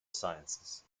sciences